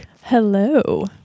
hello